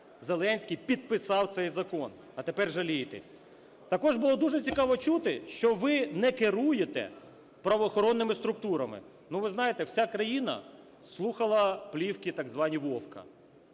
Зеленський підписав цей закон. А тепер жалієтесь. Також було дуже цікаво чути, що ви не керуєте правоохоронними структурами. Ну, ви знаєте, вся країна слухала плівки так звані Вовка.